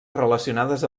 relacionades